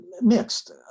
mixed